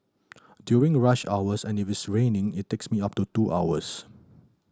during rush hours and if it's raining it takes me up to two hours